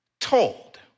told